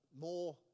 more